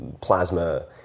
plasma